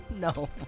No